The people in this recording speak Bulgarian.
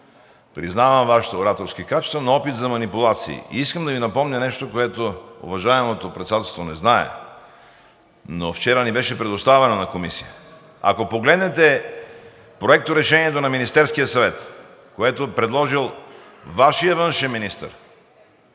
признавам Вашите ораторски качества, но опит за манипулации. Искам да Ви напомня нещо, което уважаемото председателство не знае, но вчера ни беше предоставено на Комисия. Ако погледнете Проекторешението на Министерския съвет, което е предложил Вашият външен министър,